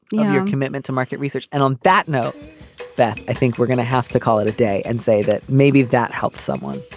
your commitment to market research and on that note that i think we're gonna have to call it a day and say that maybe that helped someone.